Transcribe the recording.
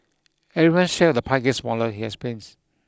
everyone's share of the pie gets smaller he explains